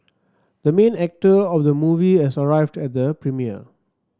the main actor of the movie has arrived at the premiere